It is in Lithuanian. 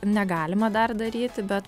negalima dar daryti bet